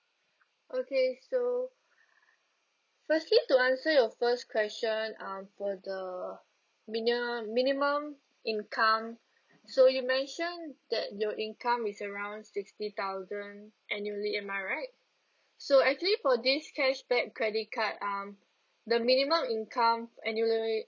okay so firstly to answer your first question um for the minimum minimum income so you mentioned that your income is around sixty thousand annually am I right so actually for this cashback credit card um the minimum income annually